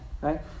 right